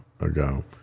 ago